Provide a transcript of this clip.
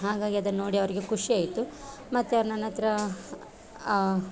ಹಾಗಾಗಿ ಅದನ್ನು ನೋಡಿ ಅವರಿಗೆ ಖುಷಿ ಆಯಿತು ಮತ್ತು ಅವ್ರು ನನ್ನ ಹತ್ರಾ